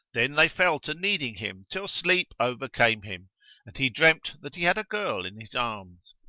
then they fell to kneading him till sleep overcame him and he dreamt that he had a girl in his arms.